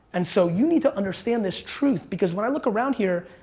and so you need to understand this truth, because when i look around here,